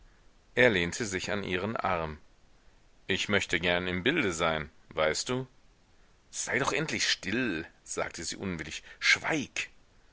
er lehnte sich an ihren arm ich möchte gern im bilde sein weißt du sei doch endlich still sagte sie unwillig schweig